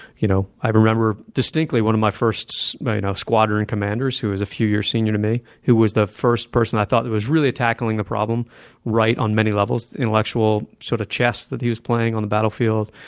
you know i remember distinctly one of my first you know squadron commanders who was a few years senior to me, who was the first person i thought that was really tackling the problem right on many levels. intellectual sort of chess that he was playing on the battlefield,